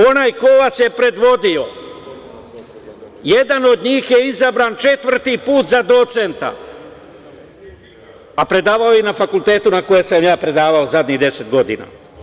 Onaj ko vas je predvodio, jedan od njih je izabran četvrti put za docenta, a predavao je i na fakultetu na kojem sam ja predavao poslednjih 10 godina.